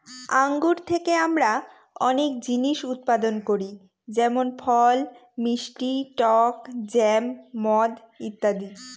আঙ্গুর থেকে আমরা অনেক জিনিস উৎপাদন করি যেমন ফল, মিষ্টি টক জ্যাম, মদ ইত্যাদি